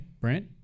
Brent